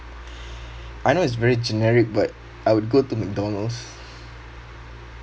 I know it's very generic but I would go to McDonald's